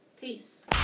Peace